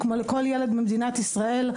כמו לכל ילד במדינת ישראל,